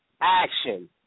action